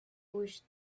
pushed